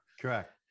Correct